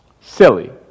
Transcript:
Silly